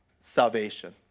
salvation